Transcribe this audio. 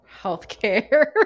healthcare